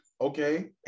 Okay